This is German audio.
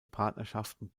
partnerschaften